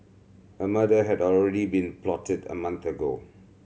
a murder had already been plotted a month ago